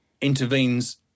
intervenes